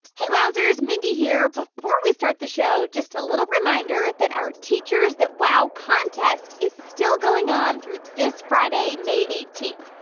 hey, wowzers. mindy here. before we start the show, just a little reminder that our teachers that wow contest is still going on through this friday, may eighteen.